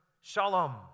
shalom